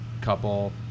couple